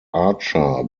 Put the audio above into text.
archer